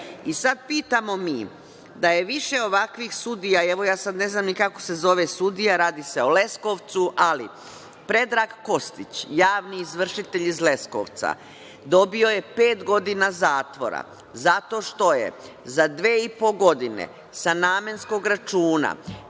Sad pitamo mi, da je više ovakvih sudija, evo ja sada ne znam ni kako se zove sudija, radi se o Leskovcu, ali Predrag Kostić, javni izvršitelj iz Leskovca, dobio je pet godina zatvora zato što je za dve i po godine sa namenskog računa